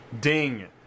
Ding